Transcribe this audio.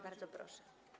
Bardzo proszę.